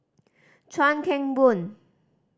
Chuan Keng Boon